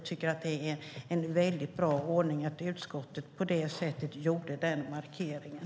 Jag tycker att det var en väldigt bra ordning att utskottet gjorde den markeringen.